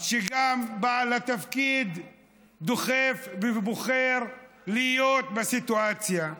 שגם בעל התפקיד דוחף ובוחר להיות בסיטואציה.